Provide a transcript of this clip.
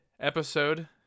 episode